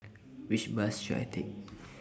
Which Bus should I Take